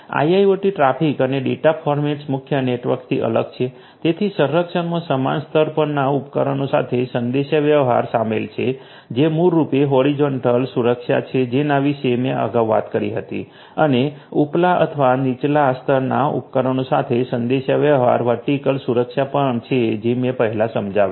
IIoT traffic અને data formats મુખ્ય નેટવર્કથી અલગ છે તેથી સંરક્ષણમાં સમાન સ્તર પરના ઉપકરણો સાથે સંદેશાવ્યવહાર શામેલ છે જે મૂળરૂપે હોરિઝોન્ટલ સુરક્ષા છે જેના વિશે મેં અગાઉ વાત કરી હતી અને ઉપલા અથવા નીચલા સ્તરના ઉપકરણો સાથે સંદેશાવ્યવહાર વર્ટિકલ સુરક્ષા પણ છે જે મેં પહેલાં સમજાવ્યું